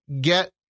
get